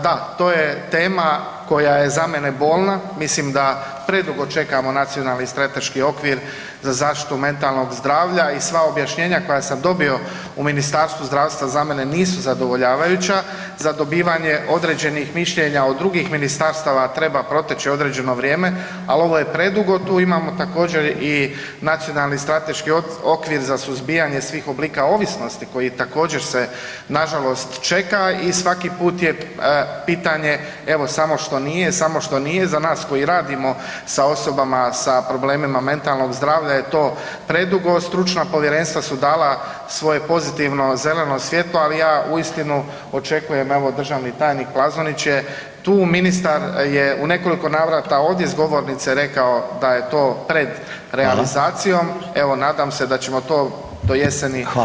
Da, to je tema koja je za mene bolna, mislim da predugo čekamo nacionalni strateški okvir za zaštitu mentalnog zdravlja i sva objašnjenja koja sam dobio u Ministarstvu zdravstva za mene nisu zadovoljavajuća za dobivanje određenih mišljenja od drugih ministarstava treba proteći određeno vrijeme, ali ovo je predugo tu, imamo također, i Nacionalni strateški okvir za suzbijanje svih oblika ovisnosti, koji također se, nažalost čeka i svaki put je pitanje, evo, samo što nije, samo što nije i za nas koji radimo sa osobama sa problemima mentalnog zdravlja je to predugo, stručna povjerenstva su dala svoje pozitivno zeleno svjetlo, ali ja uistinu očekujem, evo, državni tajnik Plazonić je tu, ministar je u nekoliko navrata ovdje s govornice rekao da je to pred [[Upadica: Hvala.]] realizacijom, evo, nadam se da ćemo to do jeseni [[Upadica: Hvala lijepa.]] ugledati svjetlo dana.